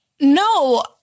No